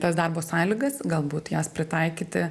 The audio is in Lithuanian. tas darbo sąlygas galbūt jas pritaikyti